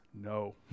no